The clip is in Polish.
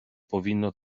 powinno